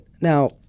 now